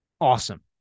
Awesome